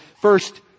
first